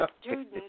students